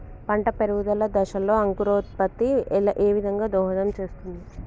పంట పెరుగుదల దశలో అంకురోత్ఫత్తి ఏ విధంగా దోహదం చేస్తుంది?